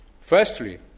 Firstly